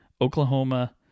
Oklahoma